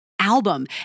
album